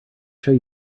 show